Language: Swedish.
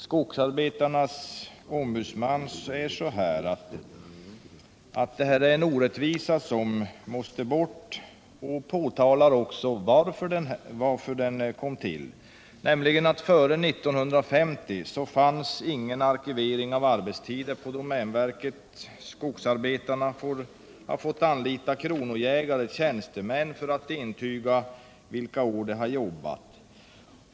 Skogsarbetarnas ombudsman säger att detta är en orättvisa som måste bort. Han berättar också hur den har uppkommit, nämligen på grund av att före 1950 förekom ingen arkivering av uppgifter om arbetstid. Skogsarbetarna har fått anlita kronojägare och andra tjänstemän för att intyga vilka år de har jobbat.